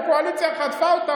הקואליציה חטפה אותם,